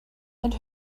and